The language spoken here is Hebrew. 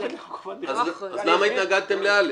אז למה התנגדתם ל-(א)?